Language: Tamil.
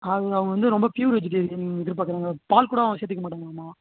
அது அவங்க வந்து ரொம்ப ப்யூர் வெஜிடேரியன் எதிர்பார்க்குறாங்க ஒரு பால் கூட அவங்க சேர்த்திக்க மாட்டாங்களாமா